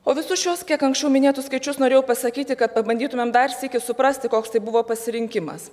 o visus šiuos kiek anksčiau minėtus skaičius norėjau pasakyti kad pabandytumėm dar sykį suprasti koks tai buvo pasirinkimas